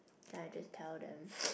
then I just tell them